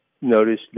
noticed